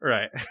Right